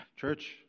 Church